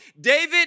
David